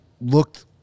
looked